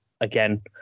again